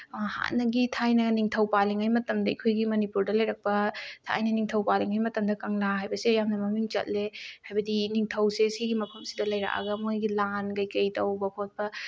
ꯍꯥꯟꯅꯒꯤ ꯊꯥꯏꯅ ꯅꯤꯡꯊꯧ ꯄꯥꯜꯂꯤꯉꯩ ꯃꯇꯝꯗ ꯑꯩꯈꯣꯏꯒꯤ ꯃꯅꯤꯄꯨꯔꯗ ꯂꯩꯔꯛꯄ ꯊꯥꯏꯅ ꯅꯤꯡꯊꯧ ꯄꯥꯜꯂꯤꯉꯩ ꯃꯇꯝꯗ ꯀꯪꯂꯥ ꯍꯥꯏꯕꯁꯦ ꯌꯥꯝꯅ ꯃꯃꯤꯡ ꯆꯠꯂꯦ ꯍꯥꯏꯕꯗꯤ ꯅꯤꯡꯊꯧꯁꯦ ꯁꯤꯒꯤ ꯃꯐꯝꯁꯤꯗ ꯂꯩꯔꯛꯑꯒ ꯃꯣꯏꯒꯤ ꯂꯥꯟ ꯀꯩꯀꯩ ꯇꯧꯕ ꯈꯣꯠꯄ